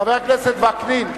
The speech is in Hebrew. חבר הכנסת וקנין,